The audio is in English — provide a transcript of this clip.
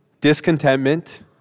discontentment